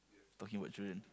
talking about children